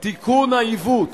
תיקון העיוות